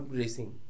racing